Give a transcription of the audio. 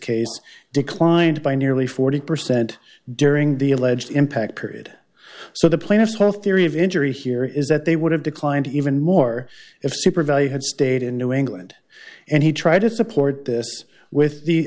case declined by nearly forty percent during the alleged impact period so the plaintiff's whole theory of injury here is that they would have declined even more if super value had stayed in new england and he tried to support this with the